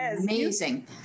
amazing